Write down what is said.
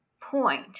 point